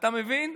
אתה מבין?